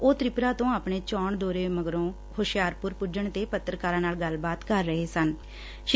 ਉਹ ਤ੍ਪਿਰਾ ਤੋਂ ਆਪਣੇ ਚੋਣ ਦੌਰੇ ਮਗਰੋਂ ਹੁਸ਼ਿਆਰਪੁਰ ਪੁੱਜਣ ਤੇ ਪੱਤਰਕਾਰਾਂ ਨਾਲ ਗੱਲਬਾਤ ਕਰ ਰਹੇ ਸਨ